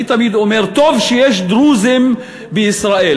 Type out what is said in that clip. אני תמיד אומר: טוב שיש דרוזים בישראל.